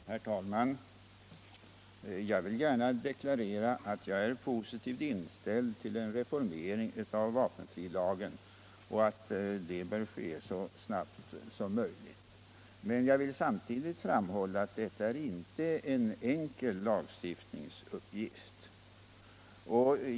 Herr talman! Jag vill gärna deklarera att jag är positivt inställd till en reformering av vapenfrilagen och att den bör ske så snabbt som möjligt. Men jag vill samtidigt framhålla att detta inte är en enkel lagstiftningsuppgift.